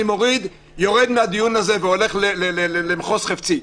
אני יורד מהדיון הזה והולך למחוז חפצי.